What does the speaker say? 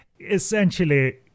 essentially